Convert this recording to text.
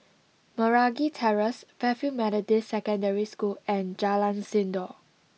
Meragi Terrace Fairfield Methodist Secondary School and Jalan Sindor